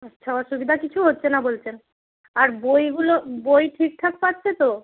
আচ্ছা অসুবিধা কিছু হচ্ছে না বলছেন আর বইগুলো বই ঠিকঠাক পাচ্ছে তো